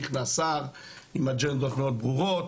נכנס שר עם אג'נדות מאוד ברורות,